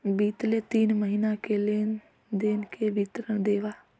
बितले तीन महीना के लेन देन के विवरण देवा?